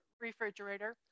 refrigerator